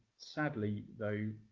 sadly, though,